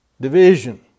division